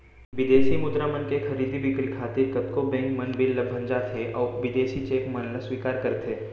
बिदेसी मुद्रा मन के खरीदी बिक्री खातिर कतको बेंक मन बिल ल भँजाथें अउ बिदेसी चेक मन ल स्वीकार करथे